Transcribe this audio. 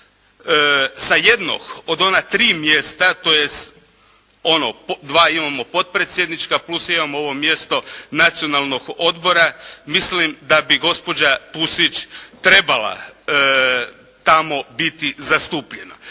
Sa jednog od ona tri mjesta, tj. ono dva imamo potpredsjednička plus imamo ovo mjesto nacionalnog odbora, mislim da bi gospođa Pusić trebala tamo biti zastupljena.